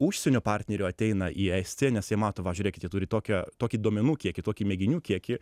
užsienio partnerių ateina į estiją nes jie mato va žiūrėkite turi tokią tokį duomenų kiekį tokį mėginių kiekį